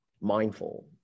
mindful